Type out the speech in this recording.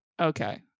Okay